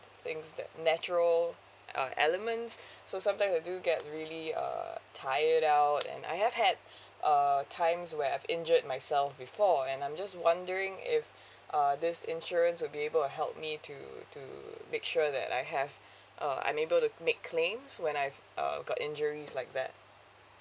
things that natural uh elements so sometimes I do get really uh tired out and I have had uh times where I've injured myself before and I'm just wondering if uh this insurance will be able to help me to to make sure that I have uh I'm able to make claims when I've err got injuries like that